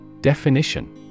Definition